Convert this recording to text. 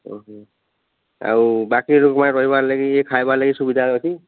ଆଉ ବାକି ଲୋକ ପାଇଁ ରହିବାର୍ ଲାଗି ଇଏ ଖାଇବାର୍ ଲାଗି ସୁବିଧା ଅଛି